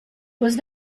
was